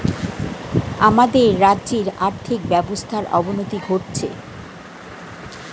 আমাদের রাজ্যের আর্থিক ব্যবস্থার অবনতি ঘটছে